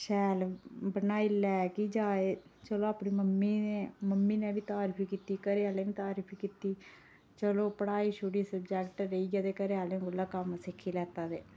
शैल बनाई लै कि जाच चलो मम्मी नै बी तारीफ कीती घरें आह्लें बी तारीफ कीती चलो पढ़ाई छुड़ी सब्जैक्ट रेही गेआ ते घरें आह्लें कोला कम्म सिक्खी लेआ